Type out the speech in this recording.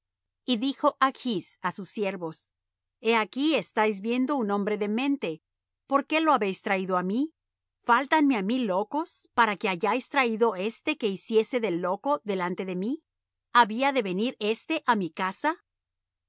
y dijo achs á sus siervos he aquí estáis viendo un hombre demente por qué lo habéis traído á mí fáltanme á mí locos para que hayáis traído éste que hiciese del loco delante de mí había de venir éste á mi casa